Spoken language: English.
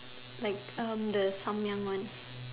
like erm the Tom-Yum one